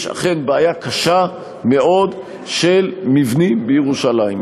יש אכן בעיה קשה מאוד של מבנים בירושלים.